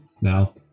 Now